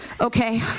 Okay